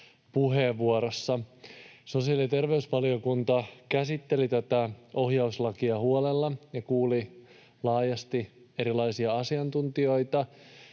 puheenvuorossa. — Sosiaali- ja terveysvaliokunta käsitteli tätä ohjauslakia huolella ja kuuli laajasti erilaisia asiantuntijoita.